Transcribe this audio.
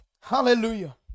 hallelujah